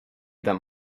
them